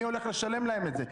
מי הולך לשלם להם את זה?